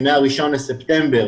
שמה-1 לספטמבר